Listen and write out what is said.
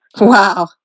Wow